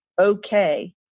okay